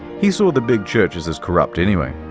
he saw the big churches as corrupt anyway.